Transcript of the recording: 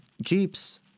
Jeeps